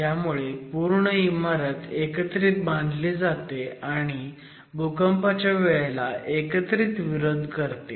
ह्यामुळे पूर्ण इमारत एकत्रित बांधली जाते आणि भूकंपाच्या वेळेला एकत्रित विरोध करते